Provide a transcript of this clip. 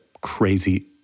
crazy